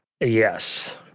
Yes